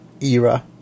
era